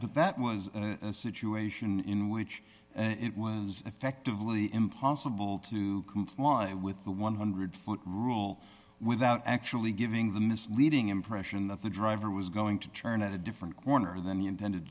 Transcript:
that was a situation in which it was effectively impossible to comply with the one hundred dollars foot rule without actually giving the misleading impression that the driver was going to turn at a different corner than you intended